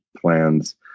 plans